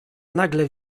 nagle